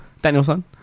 Danielson